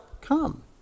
come